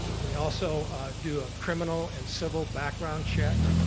we also do a criminal and civil background check